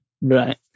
Right